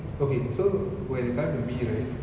okay so when if I'm the me right